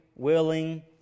Willing